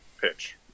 pitch